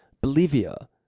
Bolivia